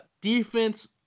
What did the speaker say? Defense